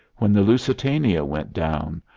when the lusitania went down,